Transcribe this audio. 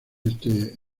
este